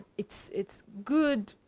it's it's good